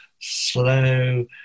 slow